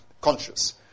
conscious